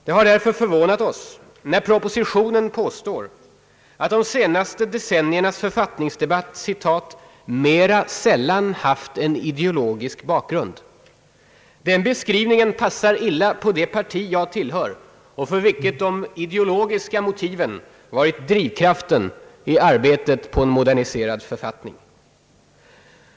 Det har därför förvånat oss när propositionen påstår att de senaste decenniernas författningsdebatt »mera sällan haft en ideologisk bakgrund». Den beskrivningen passar illa på det parti jag tillhör och för vilket de ideologiska motiven varit drivkraften i arbetet för en moderniserad författning.